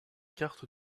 cartes